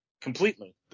Completely